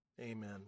amen